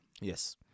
Yes